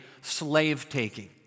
slave-taking